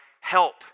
help